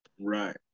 Right